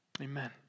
Amen